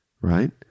right